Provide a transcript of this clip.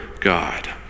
God